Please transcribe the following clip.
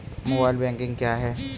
Mobile banking क्या है?